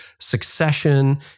succession